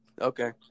Okay